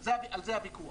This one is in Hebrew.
על זה הוויכוח.